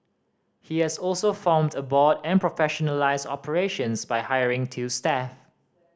he has also formed a board and professionalised operations by hiring two staff